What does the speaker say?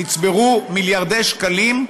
נצברו מיליארדי שקלים,